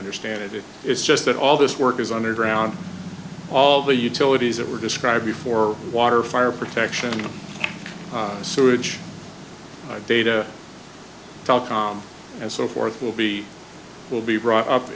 understand it it's just that all this work is underground all the utilities that were described before water fire protection sewage data volcom and so forth will be will be brought